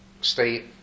state